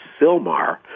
Silmar